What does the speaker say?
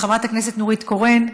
חברת הכנסת נורית קורן,